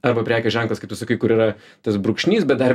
arba prekės ženklas kaip tu sakai kur yra tas brūkšnys bet dar